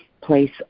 place